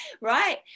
right